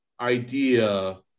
idea